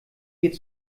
geht